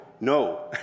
no